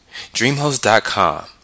DreamHost.com